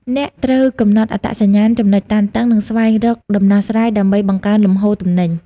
អ្នកត្រូវកំណត់អត្តសញ្ញាណចំណុចតានតឹង និងស្វែងរកដំណោះស្រាយដើម្បីបង្កើនលំហូរទំនិញ។